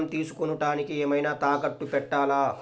ఋణం తీసుకొనుటానికి ఏమైనా తాకట్టు పెట్టాలా?